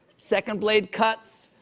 second blade cuts,